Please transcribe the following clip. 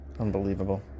Unbelievable